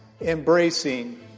embracing